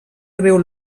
greu